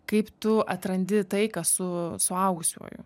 kaip tu atrandi taiką su suaugusiuoju